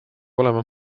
olema